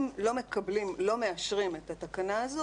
אם לא מאשרים את התקנה הזו,